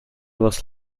was